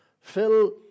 Phil